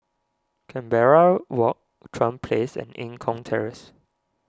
Canberra Walk Chuan Place and Eng Kong Terrace